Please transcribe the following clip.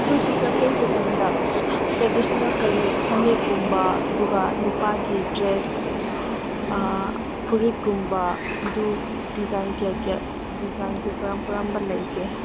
ꯑꯗꯨꯁꯨ ꯗꯨꯀꯥꯟꯗ ꯇ꯭ꯔꯦꯗꯤꯁꯟꯅꯦꯜ ꯀꯔꯤ ꯐꯅꯦꯛ ꯀꯨꯝꯕ ꯑꯗꯨꯒ ꯅꯨꯄꯥꯒꯤ ꯗ꯭ꯔꯦꯁ ꯐꯨꯔꯤꯠ ꯀꯨꯝꯕ ꯑꯗꯨ ꯗꯤꯖꯥꯏꯟ ꯗꯤꯖꯥꯏꯟꯁꯦ ꯀꯔꯝ ꯀꯔꯝꯕ ꯂꯩꯒꯦ